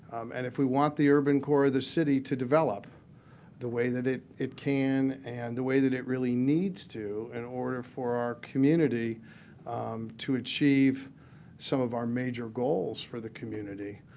and if we want the urban core of the city to develop the way that it it can and the way that it really needs to in order for our community to achieve some of our major goals for the community,